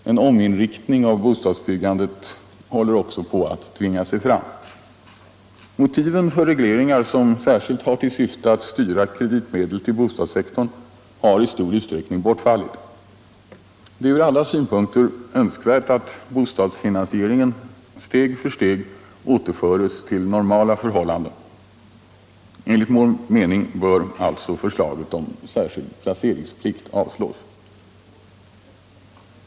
En ominriktning av bostadsbyggandet håller också på att tvinga sig fram. Motiven för regleringar, som särskilt har till syfte att styra kreditmedel till bostadssektorn, har i stor utsträckning bortfallit. Det är ur alla synpunkter önskvärt att bostadsfinansieringen steg för steg återföres till normala förhållanden. Enligt vår mening bör alltså förslaget om särskild placeringsplikt avslås.